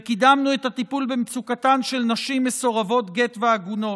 וקידמנו את הטיפול במצוקתן של נשים מסורבות גט ועגונות,